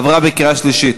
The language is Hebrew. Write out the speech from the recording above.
עברה בקריאה שלישית.